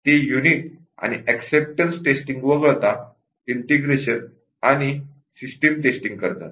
ते युनिट आणि acceptance testing वगळता ईंटेग्रेशन आणि सिस्टम टेस्टिंग करतात